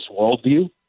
worldview